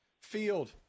Field